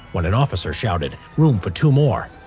when an officer shouted room for two more!